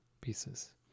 pieces